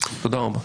תודה רבה.